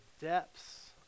depths